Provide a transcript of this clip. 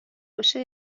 باشه